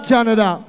Canada